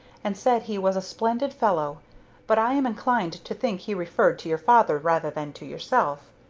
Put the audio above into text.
and said he was a splendid fellow but i am inclined to think he referred to your father rather than to yourself.